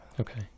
Okay